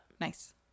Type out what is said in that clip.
Nice